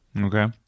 Okay